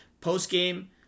post-game